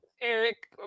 Eric